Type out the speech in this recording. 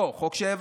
לא, חוק שהעברת.